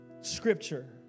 scripture